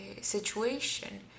situation